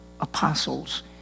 apostles